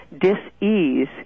dis-ease